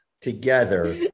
together